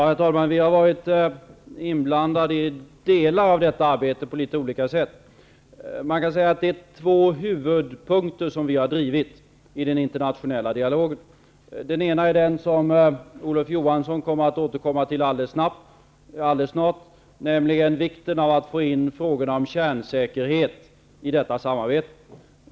Herr talman! Vi har varit inblandade i delar av detta arbete på litet olika sätt. Man kan säga att det är två huvudpunkter som vi har drivit i den internationella dialogen. Den ena är den som Olof Johansson snart skall återkomma till, nämligen vikten av att få in frågorna om kärnsäkerhet i detta samarbete.